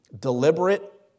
deliberate